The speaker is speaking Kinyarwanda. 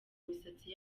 imisatsi